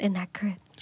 inaccurate